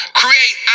create